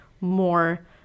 more